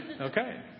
Okay